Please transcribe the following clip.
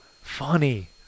funny